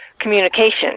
communication